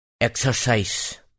exercise